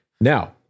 Now